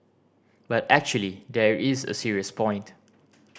but actually there is a serious point